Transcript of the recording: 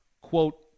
quote